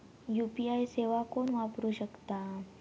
UPI सेवा कोण वापरू शकता?